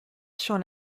sur